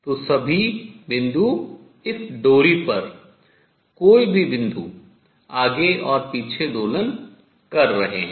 तो सभी बिंदु इस डोरी पर कोई भी बिंदु आगे और पीछे दोलन कर रहे हैं